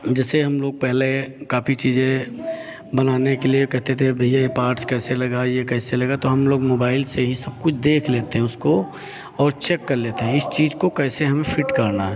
जिसे हम लोग पहले काफ़ी चीज़ें बनाने के लिए कहते थे भैया ये पार्ट्स कैसे लगा ये कैसे लगा ये तो हम लोग मोबाइल से ही सब कुछ देख लेते हैं उसको और चेक कर लेते हैं इस चीज़ को कैसे हमें फिट करना है